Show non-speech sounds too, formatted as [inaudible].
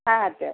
ಹಾಂ [unintelligible]